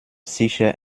sicher